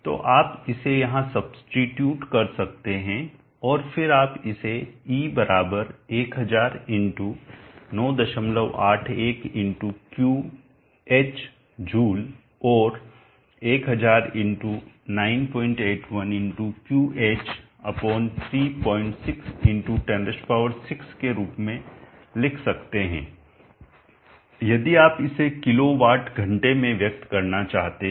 तो आप इसे यहाँ सब्सीट्यूट कर सकते हैं और फिर आप इसे E 1000×981xQh जूलऔर 1000×981×Qh36 ×106 के रूप में लिख सकते हैं यदि आप इसे किलो वाट घंटे में व्यक्त करना चाहते हैं